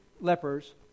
lepers